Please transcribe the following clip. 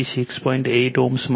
8 Ω મળશે